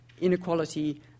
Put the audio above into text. inequality